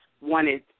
wanted